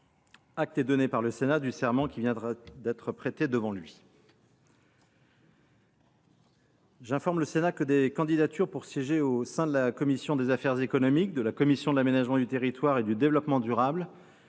Acte est donné par le Sénat du serment qui vient d’être prêté devant lui. J’informe le Sénat que des candidatures pour siéger au sein de la commission des affaires économiques, de la commission de l’aménagement du territoire et du développement durable